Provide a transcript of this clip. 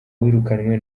wirukanwe